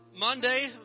Monday